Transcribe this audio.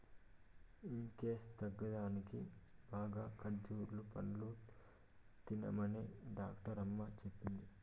weakness తగ్గేదానికి బాగా ఖజ్జూర పండ్లు తినమనే డాక్టరమ్మ చెప్పింది